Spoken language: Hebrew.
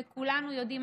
וכולנו יודעים,